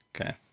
Okay